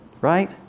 right